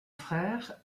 frère